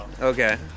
Okay